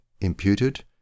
imputed